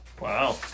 Wow